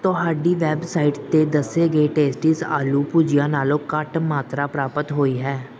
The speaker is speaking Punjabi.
ਤੁਹਾਡੀ ਵੈੱਬਸਾਈਟ 'ਤੇ ਦੱਸੇ ਗਏ ਟੇਸਟਿਜ਼ ਆਲੂ ਭੁਜੀਆ ਨਾਲੋਂ ਘੱਟ ਮਾਤਰਾ ਪ੍ਰਾਪਤ ਹੋਈ ਹੈ